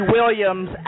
Williams